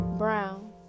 Brown